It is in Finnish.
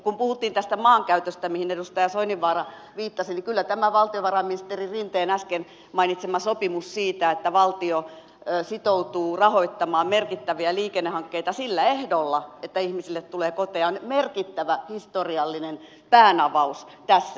kun puhuttiin tästä maankäytöstä mihin edustaja soininvaara viittasi niin kyllä tämä valtiovarainministeri rinteen äsken mainitsema sopimus siitä että valtio sitoutuu rahoittamaan merkittäviä liikennehankkeita sillä ehdolla että ihmisille tulee koteja on merkittävä historiallinen päänavaus tässä